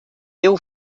déu